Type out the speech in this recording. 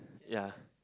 ya